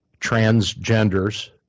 transgenders